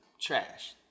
trash